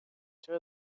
چرا